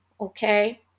okay